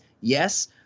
Yes